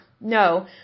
No